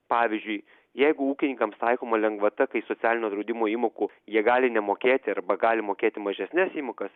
pavyzdžiui jeigu ūkininkams taikoma lengvata kai socialinio draudimo įmokų jie gali nemokėti arba gali mokėti mažesnes įmokas